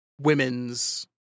women's